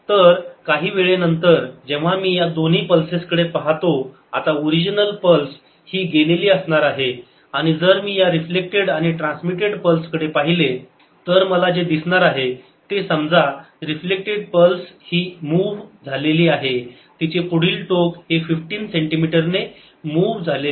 तर काही वेळेनंतर जेव्हा मी या दोन्ही पल्सेस कडे पहातो आता ओरिजनल पल्स ही गेलेली असणार आहे आणि जर मी या रिफ्लेक्टेड आणि ट्रान्समिटेड पल्स कडे पाहिले तर मला जे दिसणार आहे ते समजा रिफ्लेक्टेड पल्स ही मूव्ह झालेली आहे तिचे पुढील टोक हे 15 सेंटिमीटरने मूव्ह झाले आहे